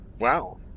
Wow